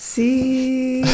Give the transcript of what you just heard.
see